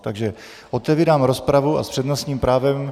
Takže otevírám rozpravu a s přednostním právem...